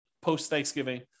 post-Thanksgiving